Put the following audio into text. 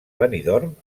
benidorm